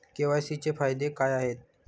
KYC चे फायदे काय आहेत?